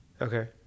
Okay